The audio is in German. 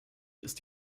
ist